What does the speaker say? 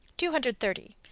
two hundred thirty.